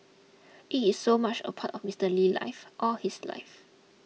it is so much a part of Mister Lee's life all his life